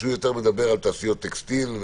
שהוא מדבר יותר על תעשיות טקסטיל,